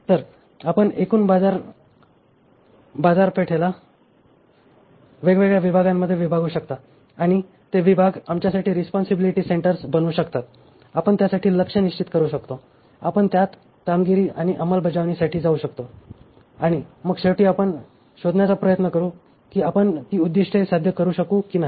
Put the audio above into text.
तर आपण संपूर्ण बाजारपेठाला वेगवेगळ्या विभागांमध्ये विभागू शकता आणि ते विभाग आमच्यासाठी रिस्पॉन्सिबिलिटी सेंटर्स बनू शकतात आपण त्यासाठी लक्ष्य निश्चित करू शकतो आपण त्यात कामगिरी आणि अंमलबजावणीसाठी जाऊ शकतो आणि मग शेवटी आपण शोधण्याचा प्रयत्न करू की आपण ती उद्दीष्टे साध्य करू शकू की नाही